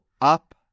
up